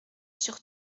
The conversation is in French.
sur